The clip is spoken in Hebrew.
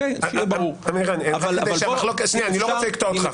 אני לא רוצה לקטוע אותך.